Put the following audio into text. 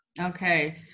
Okay